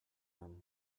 him